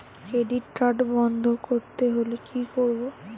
Credit card বন্ধ করতে হলে কি করব?